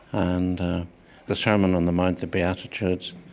and the sermon on the mount, the beatitudes,